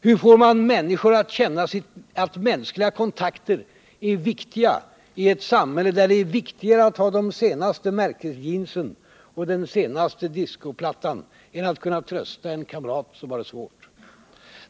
Hur får man människor att känna att mänskliga kontakter är viktiga i ett samhälle, där det är viktigare att ha de senaste märkesjeansen och den senaste discoplattan än att kunna trösta en kamrat som har det svårt?